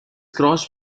crossed